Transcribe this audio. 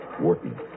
Wharton